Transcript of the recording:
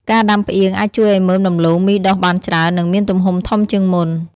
ការដាំផ្អៀងអាចជួយឱ្យមើមដំឡូងមីដុះបានច្រើន និងមានទំហំធំជាងមុន។